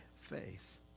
faith